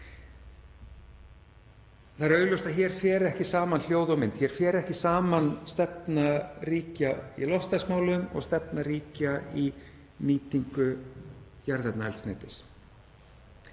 Það er augljóst að hér fer ekki saman hljóð og mynd. Hér fer ekki saman stefna ríkja í loftslagsmálum og stefna ríkja í nýtingu jarðefnaeldsneytis.